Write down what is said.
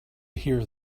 hear